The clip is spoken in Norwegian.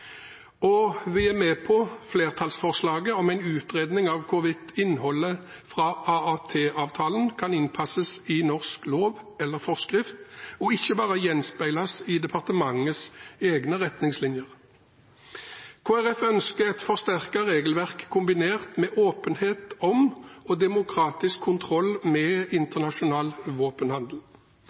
Og vi er med på flertallsforslaget om en utredning av hvorvidt innhold fra ATT-avtalen kan innpasses i norsk lov eller forskrift og ikke bare gjenspeiles i departementets egne retningslinjer. Kristelig Folkeparti ønsker et forsterket regelverk kombinert med åpenhet om og demokratisk kontroll med internasjonal våpenhandel.